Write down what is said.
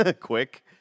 quick